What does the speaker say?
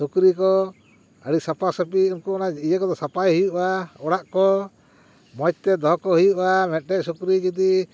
ᱥᱩᱠᱨᱤ ᱠᱚ ᱟᱹᱰᱤ ᱥᱟᱯᱟᱥᱟᱹᱯᱤ ᱩᱱᱠᱩ ᱤᱭᱟᱹ ᱠᱚᱫᱚ ᱥᱟᱯᱟᱭ ᱦᱩᱭᱩᱜᱼᱟ ᱚᱲᱟᱜ ᱠᱚ ᱢᱚᱡᱽ ᱛᱮ ᱫᱚᱦᱚᱠᱚ ᱦᱩᱭᱩᱜᱼᱟ ᱢᱤᱫᱴᱮᱱ ᱥᱩᱠᱨᱤ ᱡᱩᱫᱤ